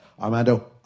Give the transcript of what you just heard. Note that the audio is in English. armando